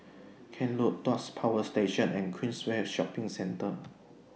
Kent Road Tuas Power Station and Queensway Shopping Centre